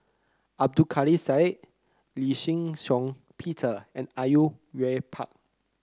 Abdul Kadir Syed Lee Shih Shiong Peter and are you Yue Pak